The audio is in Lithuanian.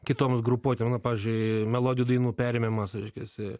kitoms grupuotėms na pavyzdžiui melodijų dainų perėmimas reiškiasi